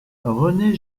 rené